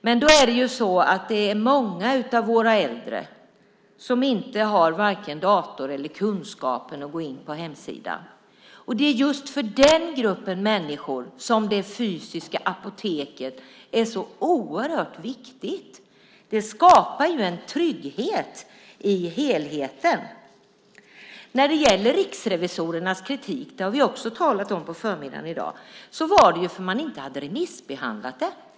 Men det är många av våra äldre som inte har vare sig dator eller kunskap om hur man går in på hemsidan. Det är just för den gruppen människor som det fysiska apoteket är så oerhört viktigt. Det skapar en trygghet i helheten. Riksrevisorernas kritik, som vi också har talat om på förmiddagen i dag, handlade om att man inte hade remissbehandlat detta.